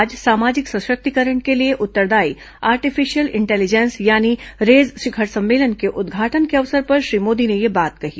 आज सामाजिक सशक्तिरकरण के लिए उत्तरदायी आर्टिफिशियल इंटेलिजेंस यानी रेज शिखर सम्मेलन के उद्घाटन के अवसर पर श्री मोदी ने यह बात कही